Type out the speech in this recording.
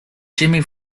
jimmy